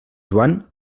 joan